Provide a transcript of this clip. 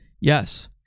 Yes